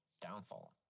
Downfall